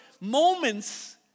moments